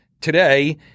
today